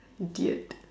idiot